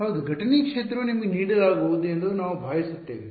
ಹೌದು ಘಟನೆ ಕ್ಷೇತ್ರವನ್ನು ನಿಮಗೆ ನೀಡಲಾಗುವುದು ಎಂದು ನಾವು ಭಾವಿಸುತ್ತೇವೆ